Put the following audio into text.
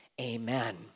Amen